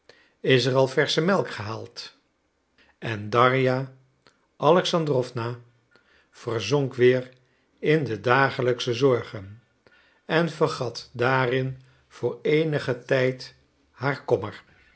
is er al versche melk gehaald en darja alexandrowna verzonk weer in de dagelijksche zorgen en vergat daarin voor eenigen tijd haar kommer